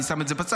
אני שם את זה בצד,